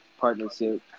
partnership